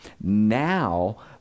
now